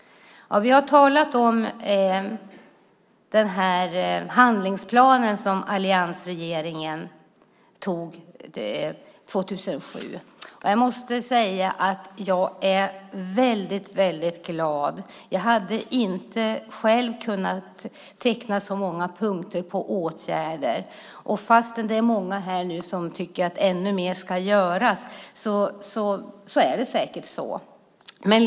Vi har talat om handlingsplanen som alliansregeringen antog 2007. Jag är väldigt glad. Jag hade inte själv kunnat teckna så många punkter på åtgärder. Fastän det nu är många här som tycker att ännu mer ska göras är det säkert så.